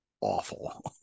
awful